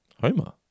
Homer